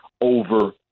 over